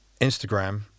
Instagram